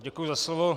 Děkuji za slovo.